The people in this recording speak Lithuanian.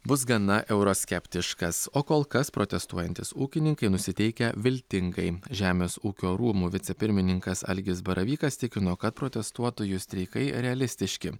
bus gana euroskeptiškas o kol kas protestuojantys ūkininkai nusiteikę viltingai žemės ūkio rūmų vicepirmininkas algis baravykas tikino kad protestuotojų streikai realistiški